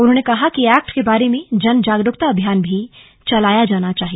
उन्होंने कहा कि एक्ट के बारे में जन जागरूकता अभियान भी चलाया जाना चाहिए